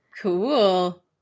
Cool